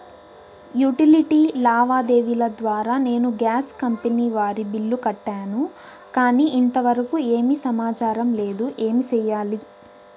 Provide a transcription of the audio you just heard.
Utility లావాదేవీల ద్వారా నేను గ్యాస్ కంపెని వారి బిల్లు కట్టాను కానీ ఇంతవరకు ఏమి సమాచారం లేదు, ఏమి సెయ్యాలి?